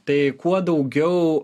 tai kuo daugiau